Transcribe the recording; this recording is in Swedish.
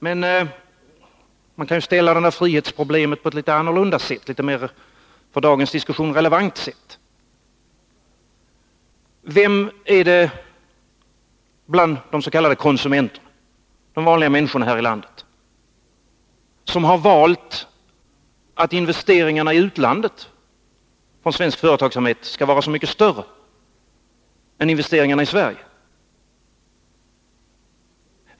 Men man kan också uppställa frihetsproblemet på ett annat och för dagens diskussion mer relevant sätt. Vem är det bland de s.k. konsumenterna, de vanliga människorna i landet, som har valt att investeringarna i utlandet av svensk företagsamhet skall vara så mycket större än investeringarna i Sverige?